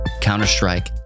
Counter-Strike